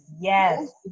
Yes